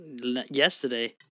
yesterday